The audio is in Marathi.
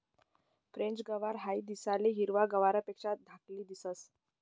फ्रेंच गवार हाई दिसाले हिरवा गवारपेक्षा धाकली दिसंस